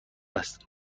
است